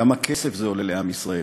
כמה כסף זה עולה לעם ישראל,